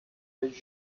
with